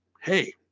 hey